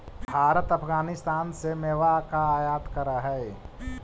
भारत अफगानिस्तान से मेवा का आयात करअ हई